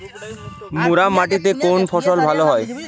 মুরাম মাটিতে কোন ফসল ভালো হয়?